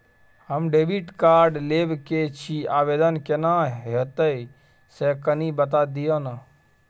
हम debit card लेब के छि, आवेदन केना होतै से कनी बता दिय न?